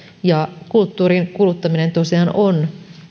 kulttuurin kuluttaminen tosiaan on